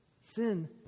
Sin